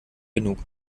genug